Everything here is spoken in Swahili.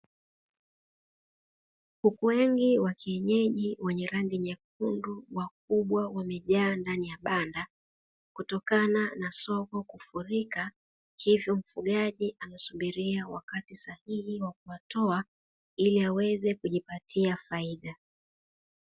Kuku wengi wa kienyeji wenye rangi nyekundu wakubwa wamejaa ndani ya banda kutokana na soko kufurika hivyo mfugaji anasubiria wakati sahihi wa kuwatoa ili aweze kujipatia faida.